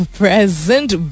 present